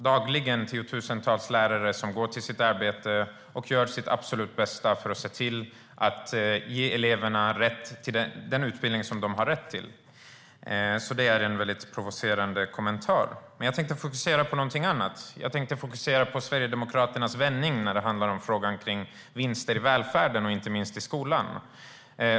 Dagligen går tiotusentals lärare till sitt arbete och gör sitt absolut bästa för att se till att ge eleverna den utbildning som de har rätt till. Stefan Jakobssons kommentar är därför mycket provocerande. Jag tänkte fokusera på någonting annat. Jag tänkte fokusera på Sverigedemokraternas vändning när det handlar om vinster i välfärden och inte minst i skolan.